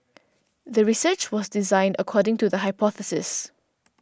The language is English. the research was designed according to the hypothesis